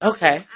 Okay